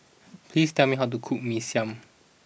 please tell me how to cook Mee Siam